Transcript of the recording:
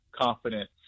confidence